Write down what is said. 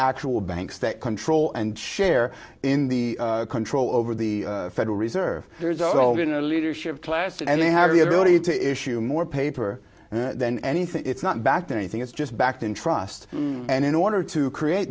actual banks that control and share in the control over the federal reserve there's are all in a leadership class and they have the ability to issue more paper than anything it's not backed or anything it's just backed in trust and in order to create